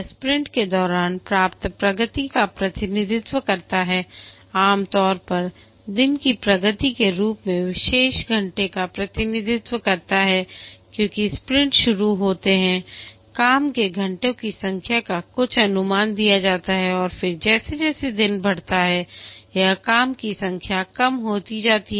यह स्प्रिंट के दौरान प्राप्त प्रगति का प्रतिनिधित्व करता है आमतौर पर दिन की प्रगति के रूप में शेष घंटे का प्रतिनिधित्व करता है क्योंकि स्प्रिंट शुरू होता है काम के घंटे की संख्या का कुछ अनुमान दिया जाता है और फिर जैसे जैसे दिन बढ़ता है यहां काम की संख्या कम हो जाती है